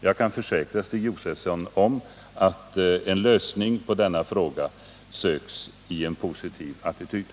Jag kan försäkra Stig Josefson att en lösning på denna fråga söks i en positiv anda.